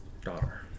daughter